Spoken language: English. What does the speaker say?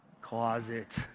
Closet